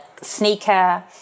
sneaker